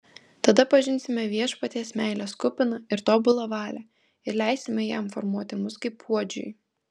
tada pažinsime viešpaties meilės kupiną ir tobulą valią ir leisime jam formuoti mus kaip puodžiui